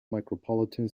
micropolitan